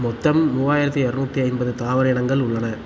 மொத்தம் மூவாயிரத்தி இரநூத்தி ஐம்பது தாவர இனங்கள் உள்ளன